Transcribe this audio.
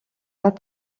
pas